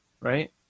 right